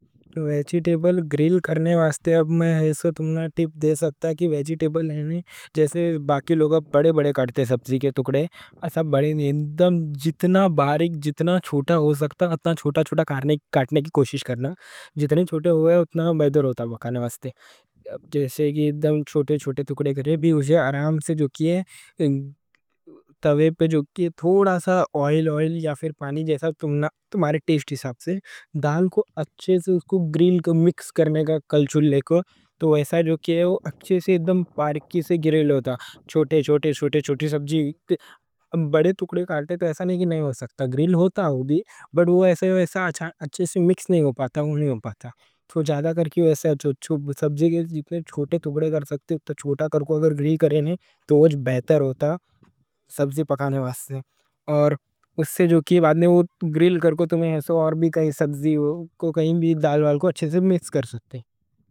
ویجیٹیبل گریل کرنے واسطے اب میں تمہارا ٹپ دے سکتا کہ سبزی کے ٹکڑے بڑے بڑے نہیں۔ جتنا باریک، جتنا چھوٹا ہو سکتا اتنا چھوٹا چھوٹا کاٹنے کی کوشش کرنا۔ جتنے چھوٹے ہوئے اتنا بہتر ہوتا پکانے واسطے۔ ایسے چھوٹے چھوٹے ٹکڑے کریں، اسے آرام سے توے پہ رکھیے، تھوڑا سا آئل آئل یا پانی جیسا تمہارے ٹیسٹ حساب سے ڈال کے اچھے سے گریل مکس کرنے کو کچھولے کو۔ تو ایسے اچھے سے گریل ہوتا۔ بڑے ٹکڑے کٹے تو ایسا نہیں کہ نہیں ہو سکتا، گریل ہوتا، اچھے سے مکس نہیں ہو پاتا۔ تو زیادہ کر کے سبزی کے چھوٹے ٹکڑے کر سکتے، اگر گریل کریں تو بہتر ہوتا سبزی پکانے واسطے۔ اور اس سے گریل کر کو تمہیں ایسا اور بھی کائیں سبزی، کائیں دال وال کو اچھے سے مکس کر سکتے۔